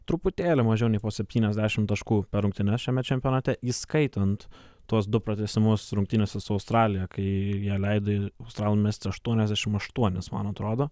truputėlį mažiau nei po septyniasdešimt taškų per rungtynes šiame čempionate įskaitant tuos du pratęsimus rungtynėse su australija kai jie leido australam mesti aštuoniasdešimt aštuonis man atrodo